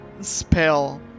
spell